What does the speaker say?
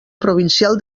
provincial